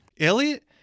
Elliot